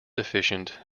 efficient